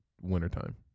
wintertime